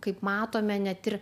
kaip matome net ir